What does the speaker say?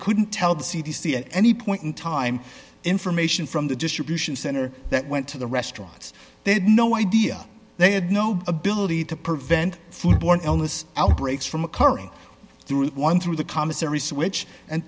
couldn't tell the c d c at any point in time information from the distribution center that went to the restaurants they had no idea they had no ability to prevent food borne illness outbreaks from occurring through one through the commissary switch and